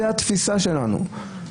זאת התפיסה שלנו.